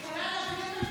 נוכח,